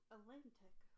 Atlantic